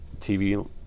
TV